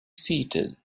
seated